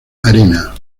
arena